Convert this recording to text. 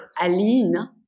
Aline